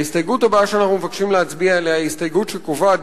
ההסתייגות הבאה שאנחנו מבקשים להצביע עליה היא הסתייגות שקובעת,